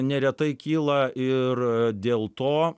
neretai kyla ir dėl to